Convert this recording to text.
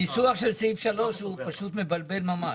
הניסוח של סעיף (3) הוא פשוט מבלבל ממש.